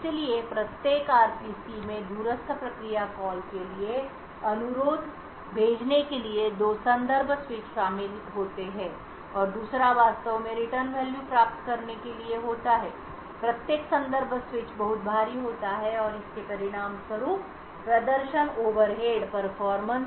इसलिए प्रत्येक RPC में दूरस्थ प्रक्रिया कॉल के लिए अनुरोध भेजने के लिए दो संदर्भ स्विच शामिल होते हैं और दूसरा वास्तव में रिटर्न वैल्यू प्राप्त करने के लिए होता है प्रत्येक संदर्भ स्विच बहुत भारी होता है और इसके परिणामस्वरूप प्रदर्शन ओवरहेड हो जाते हैं